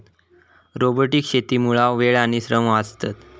robotic शेतीमुळा वेळ आणि श्रम वाचतत